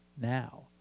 now